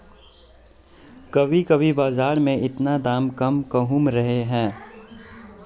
कभी कभी बाजार में इतना दाम कम कहुम रहे है?